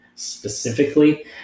Specifically